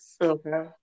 Okay